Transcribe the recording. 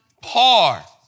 par